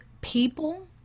people